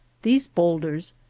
these bowlders,